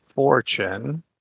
fortune